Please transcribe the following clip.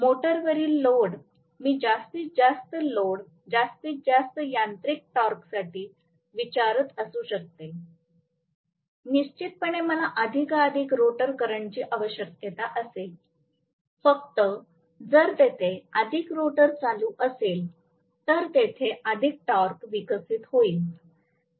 मोटारवरील load मी जास्तीत जास्त लोड जास्तीत जास्त यांत्रिक टॉर्कसाठी विचारत असू शकते निश्चितपणे मला अधिकाधिक रोटर करंटची आवश्यकता असेल फक्त जर तेथे अधिक रोटर चालू असेल तर तेथे अधिक टॉर्क विकसित होईल